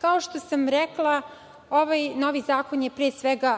Kao što sam rekla ovaj novi zakon, je pre svega,